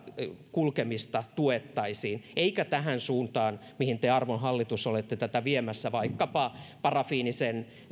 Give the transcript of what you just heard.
kulkemista tuettaisiin eikä tähän suuntaan mihin te arvon hallitus olette tätä viemässä vaikkapa parafiinisen